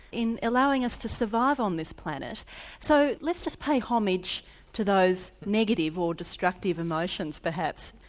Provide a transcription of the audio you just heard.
in allowing us to survive on this planet so let's just pay homage to those negative or destructive emotions, perhaps.